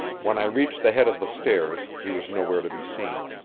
when i reached the head of the stairs he was nowhere to be seen,